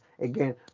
again